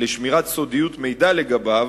לשמירת סודיות מידע לגביו,